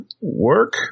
work